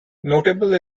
notable